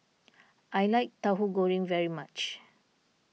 I like Tauhu Goreng very much